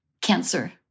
cancer